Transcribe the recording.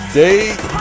date